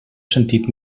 sentit